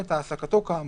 את העסקתו כאמור,